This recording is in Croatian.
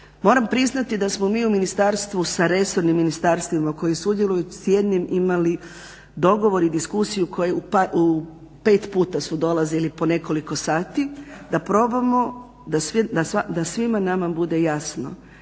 Moram priznati da smo mi u ministarstvu sa resornim ministarstvima koji sudjeluju s jednim imali dogovor i diskusiju … pet puta su dolazili po nekoliko sati, da probamo da svima nama bude jasno